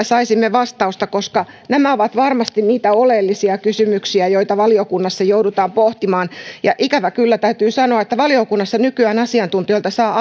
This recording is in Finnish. saisimme vastauksia koska nämä ovat varmasti niitä oleellisia kysymyksiä joita valiokunnassa joudutaan pohtimaan ja ikävä kyllä täytyy sanoa että valiokunnassa nykyään asiantuntijoilta saa